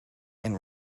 and